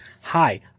hi